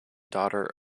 daughter